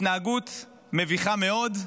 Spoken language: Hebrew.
התנהגות מביכה מאוד.